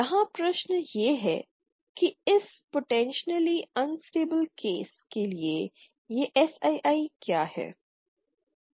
यहां प्रश्न यह है कि इस पोटेंशियली अनस्टेबिल केस के लिए यह Sii क्या है